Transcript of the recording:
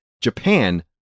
Japan